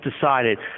decided